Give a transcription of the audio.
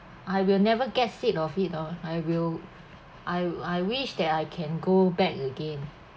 I will never get sick of it oh I will I I wish that I can go back again